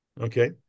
okay